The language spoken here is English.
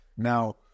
Now